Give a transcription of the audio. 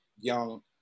young